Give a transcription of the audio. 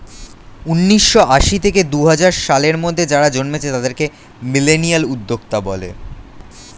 উন্নিশো আশি থেকে দুহাজার সালের মধ্যে যারা জন্মেছে তাদেরকে মিলেনিয়াল উদ্যোক্তা বলে